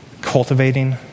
cultivating